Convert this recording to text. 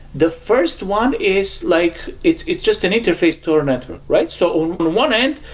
the first one is like it's it's just an interface to our network, right? so on one end,